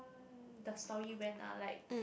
the story went uh like